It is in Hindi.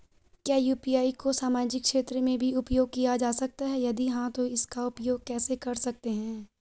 क्या यु.पी.आई को सामाजिक क्षेत्र में भी उपयोग किया जा सकता है यदि हाँ तो इसका उपयोग कैसे कर सकते हैं?